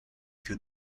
più